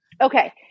Okay